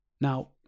Now